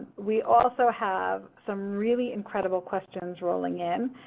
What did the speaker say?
we also have some really incredible questions rolling in.